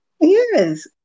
Yes